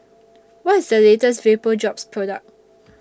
What IS The latest Vapodrops Product